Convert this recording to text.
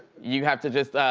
you have to just,